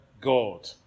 God